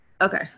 Okay